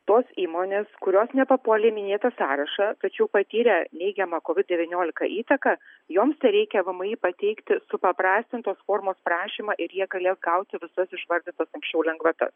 tos įmonės kurios nepapuolė į minėtą sąrašą tačiau patyrė neigiamą kovid devyniolika įtaką joms tereikia vmi pateikti supaprastintos formos prašymą ir jie galės gauti visas išvardytas anksčiau lengvatas